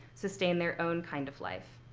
sustain their own kind of life.